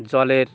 জলের